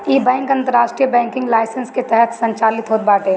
इ बैंक अंतरराष्ट्रीय banking licence के तहत संचालित होत बाटे